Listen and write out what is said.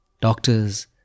Doctors